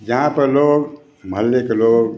जहाँ पर लोग मोहल्ले के लोग